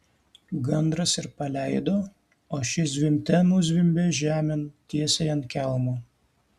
gandras ir paleido o ši zvimbte nuzvimbė žemėn tiesiai ant kelmo